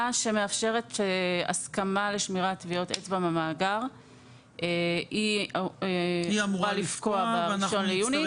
שמאפשרת הסכמה לשמירת טביעת אצבע במאגר והיא אמורה לפקוע ב-1 ביוני.